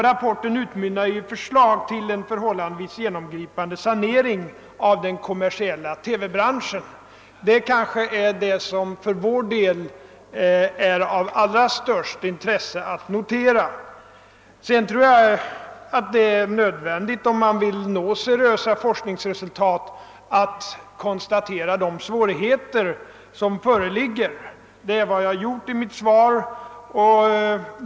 Rapporten utmynnar i ett förslag om en förhållandevis genomgripande sanering av den kommersiella TV-branschen. Det är kanske detta som för oss är mest intressant att notera. Om man vill nå seriösa forskningsresultat tror jag det är nödvändigt att konstatera de svårigheter som föreligger, och det är vad jag har gjort i mitt svar.